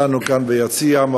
אתנו כאן ביציע,